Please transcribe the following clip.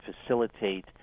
facilitate